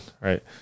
Right